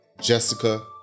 Jessica